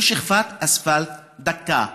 זו שכבת אספלט דקה.